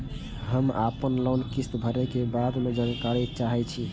हम आपन लोन किस्त भरै के बारे में जानकारी चाहै छी?